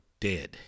dead